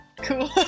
cool